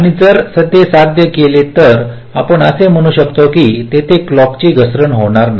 आणि जर ते साध्य केले तर आपण असे म्हणू शकतो की तिथे क्लॉकची घसरण होणार नाही